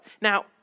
Now